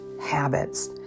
habits